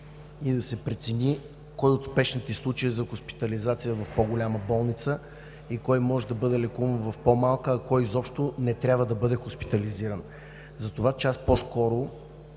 и да се прецени кой от спешните случаи е за хоспитализация в по-голяма болница и кой може да бъде лекуван в по-малка, а кой изобщо не трябва да бъде хоспитализиран. Затова час по-скоро